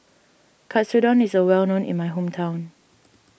Katsudon is well known in my hometown